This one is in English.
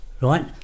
right